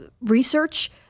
research